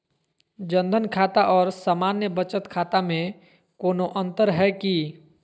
जन धन खाता और सामान्य बचत खाता में कोनो अंतर है की?